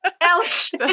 ouch